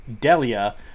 delia